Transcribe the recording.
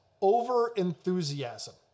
over-enthusiasm